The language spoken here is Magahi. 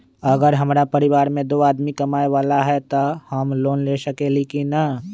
अगर हमरा परिवार में दो आदमी कमाये वाला है त हम लोन ले सकेली की न?